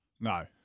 No